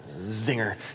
zinger